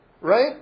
Right